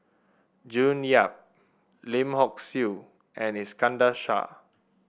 June Yap Lim Hock Siew and Iskandar Shah